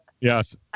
Yes